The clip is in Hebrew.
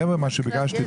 מעבר למה שביקשתי,